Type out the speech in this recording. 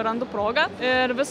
randu progą ir vis